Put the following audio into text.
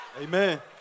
Amen